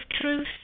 Truth